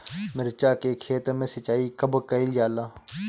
मिर्चा के खेत में सिचाई कब कइल जाला?